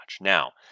Now